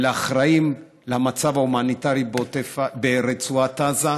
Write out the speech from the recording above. ולאחראים למצב ההומניטרי ברצועת עזה.